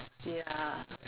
ya